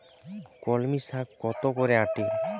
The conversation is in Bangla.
কলমি শাখ কত করে আঁটি?